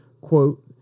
Quote